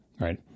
right